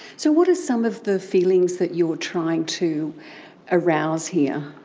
so what are some of the feelings that you're trying to arouse here?